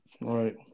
right